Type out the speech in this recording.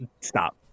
Stop